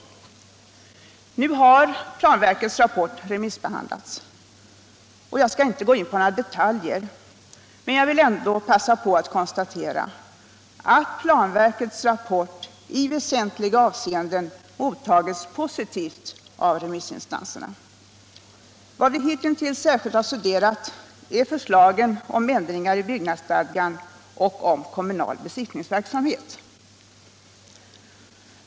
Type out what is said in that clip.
Nu har planverkets rapport remissbehandlats. Jag skall inte gå in på några detaljer, men jag vill ändå passa på att konstatera att planverkets förslag i väsentliga avseenden mottagits positivt av remissinstanserna. Vad vi hittills särskilt har studerat är förslagen om ändringar i byggnadsstadgan och om kommunal besiktningsverksamhet.